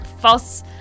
false